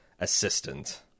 assistant